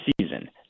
season